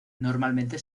normalmente